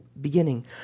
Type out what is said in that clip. beginning